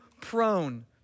prone